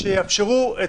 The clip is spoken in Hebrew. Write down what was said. שיאפשרו את